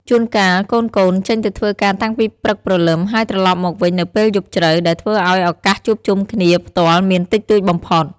ជួនកាល កូនៗចេញទៅធ្វើការតាំងពីព្រឹកព្រលឹម ហើយត្រឡប់មកវិញនៅពេលយប់ជ្រៅ ដែលធ្វើឲ្យឱកាសជួបជុំគ្នាផ្ទាល់មានតិចតួចបំផុត។